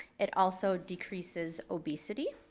it also decreases obesity.